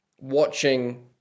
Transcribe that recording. watching